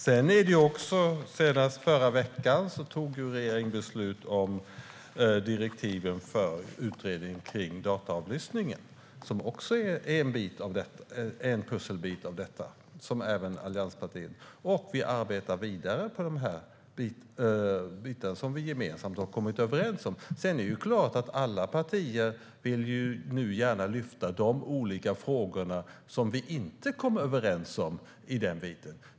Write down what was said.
Senast i förra veckan fattade regeringen beslut om direktiven för utredning av dataavläsning, som också är en pusselbit i detta, och vi arbetar vidare med de bitar som vi gemensamt har kommit överens om. Sedan är det klart att alla partier nu gärna vill lyfta upp de olika frågor som vi inte kom överens om.